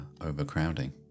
overcrowding